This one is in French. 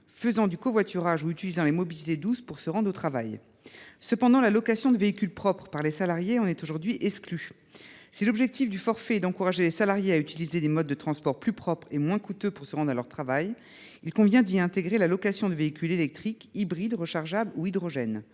font du covoiturage ou utilisent des mobilités douces pour se rendre au travail. Cependant, la location de véhicules propres par les salariés est aujourd’hui exclue de ce dispositif. Si l’objectif du forfait est d’encourager les salariés à utiliser des modes de transports plus propres et moins coûteux pour se rendre à leur travail, il convient d’y intégrer la location de véhicules électriques, hybrides rechargeables ou à hydrogène.